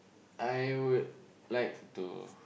I would like to